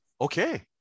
okay